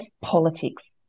politics